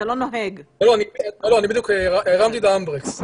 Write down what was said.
אנחנו קצת למעשה מרגישים